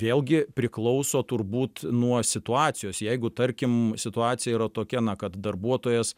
vėlgi priklauso turbūt nuo situacijos jeigu tarkim situacija yra tokia na kad darbuotojas